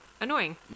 annoying